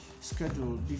schedule